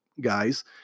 guys